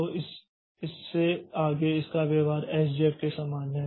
तो इससे आगे इसका व्यवहार एसजेएफ के समान है